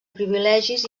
privilegis